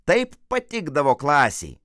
taip patikdavo klasei